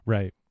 Right